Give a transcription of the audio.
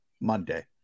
Monday